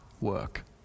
work